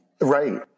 right